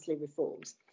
reforms